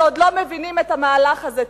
שעוד לא מבינים את המהלך הזה.